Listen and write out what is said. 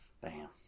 bam